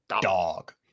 dog